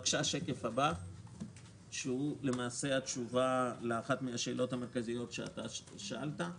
השקף הבא הוא התשובה לאחת מן השאלות המרכזיות שאתה שאלת,